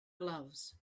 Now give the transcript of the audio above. gloves